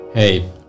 Hey